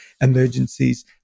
emergencies